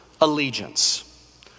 allegiance